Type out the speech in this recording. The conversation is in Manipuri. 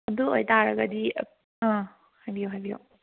ꯑꯗꯨ ꯑꯣꯏꯕ ꯇꯥꯔꯒꯗꯤ ꯑꯥ ꯍꯥꯏꯕꯤꯌꯨ ꯍꯥꯏꯕꯤꯌꯨ